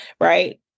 Right